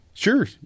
Sure